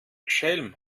schelm